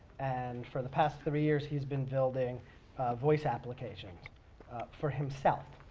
and for the past three years he's been building voice applications for himself.